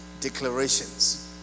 declarations